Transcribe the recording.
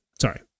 sorry